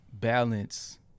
balance